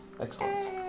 Excellent